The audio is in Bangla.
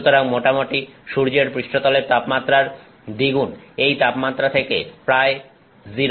সুতরাং মোটামুটি সূর্যের পৃষ্ঠতলের তাপমাত্রার দ্বিগুণ এই তাপমাত্রা থেকে প্রায় 0